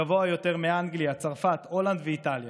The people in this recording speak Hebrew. גבוה יותר מאשר באנגליה, צרפת, הולנד ואיטליה.